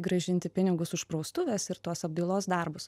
grąžinti pinigus už praustuvės ir tos apdailos darbus